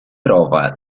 trova